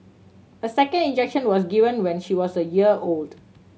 a second injection was given when she was a year old